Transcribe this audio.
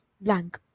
blank